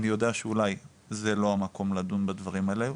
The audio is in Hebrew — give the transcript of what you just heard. אני יודע שאולי זה לא המקום לדון בדברים האלה,